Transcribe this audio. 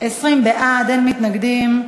20 בעד, אין מתנגדים.